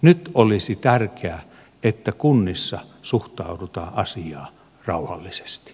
nyt olisi tärkeää että kunnissa suhtaudutaan asiaan rauhallisesti